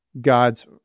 God's